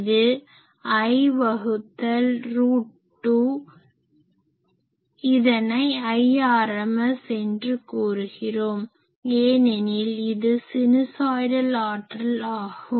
இது I வகுத்தல் root 2 இதனை Irms என்று கூறுகிறோம் ஏனெனில் இது சினுசாய்டல் ஆற்றல் ஆகும்